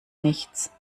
nichts